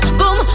boom